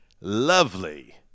lovely